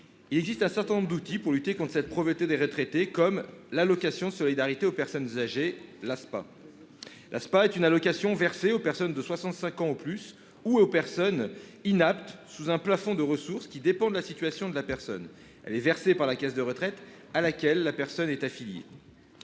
Il existe un certain nombre d'outils pour lutter contre cette pauvreté des retraités, comme l'Aspa. L'Aspa est une allocation versée aux personnes de 65 ans et plus ou aux personnes inaptes, sous condition d'un plafond de ressources qui dépend de la situation de la personne. Elle est versée par la caisse de retraite à laquelle la personne est affiliée.